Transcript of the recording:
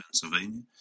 Pennsylvania